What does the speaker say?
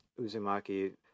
Uzumaki